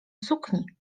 sukni